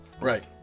Right